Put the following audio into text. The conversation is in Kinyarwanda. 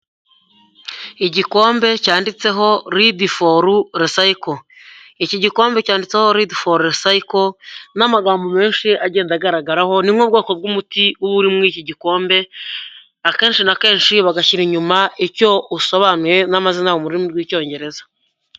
Igikombe cyanditseho lid-for recycle. Iki gikombe cyanditseho lid-for recycle n'amagambo menshi agenda agaragaraho. Ni nk'ubwoko bw'umuti uba uri mu iki gikombe. Akenshi na kenshi bagashyira inyuma icyo usobanuye n'amazina yawo mu rurimi rw'Icyongereza.